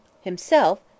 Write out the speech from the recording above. Himself